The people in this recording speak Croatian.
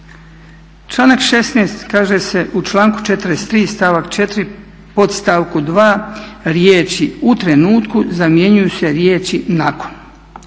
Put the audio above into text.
Članak 16.kaže se u članku 43.stavak 4.podstavku 2. riječi "u trenutku" zamjenjuju se riječi "nakon".